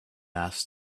asked